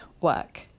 work